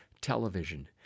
television